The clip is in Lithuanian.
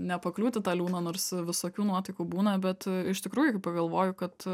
nepakliūt į tą liūną nors visokių nuotaikų būna bet iš tikrųjų kai pagalvoju kad